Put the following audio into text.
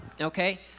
okay